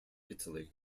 italy